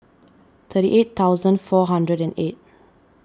thirty eight thousand four hundred and eight